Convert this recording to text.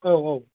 औ औ